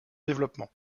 développement